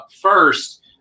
First